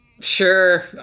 Sure